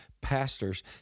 pastors